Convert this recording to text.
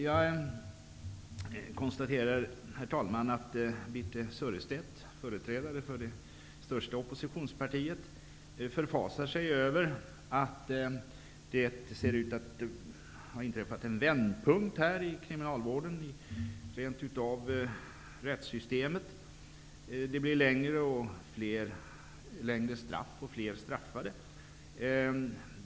Jag konstaterar, herr talman, att Birthe Sörestedt som är företrädare för det största oppositionspartiet förfasar sig över att det ser ut att ha inträffat en vändpunkt i kriminalvården eller rent av i rättssystemet. Det blir längre straff och fler straffade.